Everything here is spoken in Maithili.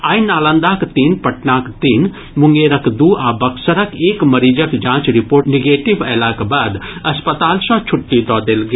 आइ नालंदाक तीन पटनाक तीन मुंगेरक दू आ बक्सरक एक मरीजक जांच रिपोर्ट निगेटिव अयलाक बाद अस्पताल सँ छुट्टी दऽ देल गेल